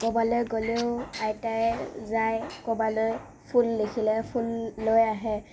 ক'ৰবালৈ গ'লেও আইতাই যায় ক'ৰবালৈ ফুল দেখিলে ফুল লৈ আহে